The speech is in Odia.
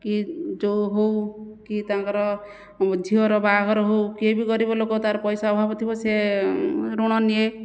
କି ଯେଉଁ ହେଉ କି ତାଙ୍କର ଝିଅର ବାହାଘର ହେଉ କିଏବି ଗରିବଲୋକ ତାର ପଇସା ଅଭାବ ଥିବ ସିଏ ଋଣ ନିଏ